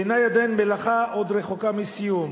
בעיני עדיין המלאכה עוד רחוקה מסיום,